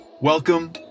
Welcome